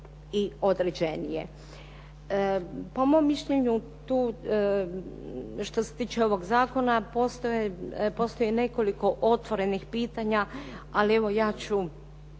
i određenije. Po mom mišljenju tu, što se tiče ovog zakona postoji nekoliko otvorenih pitanja, ali evo ja ću